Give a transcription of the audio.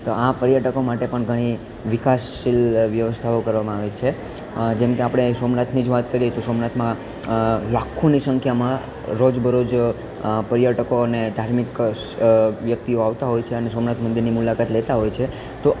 તો આ પર્યટકો માટે પણ ઘણી વિકાસશીલ વ્યવસ્થાઓ કરવામાં આવી છે જેમ કે આપણે અહીં સોમનાથની જ વાત કરીએ તો સોમનાથમાં લાખોની સંખ્યામાં રોજબરોજ આ પર્યટકો અને ધાર્મિક વ્યક્તિઓ આવતાં હોય છે અને સોમનાથ મંદિરની મુલાકાત લેતાં હોય છે તો